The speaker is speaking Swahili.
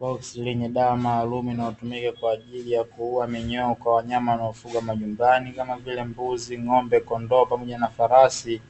Boksi lenye dawa maalumu inayotumika kwa ajili ya kuua minyoo kwa wanyama wanaofugwa majumbani kama vile mbuzi, ng’ombe, kondoo pamoja na farasi.